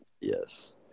Yes